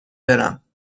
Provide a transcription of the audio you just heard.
برم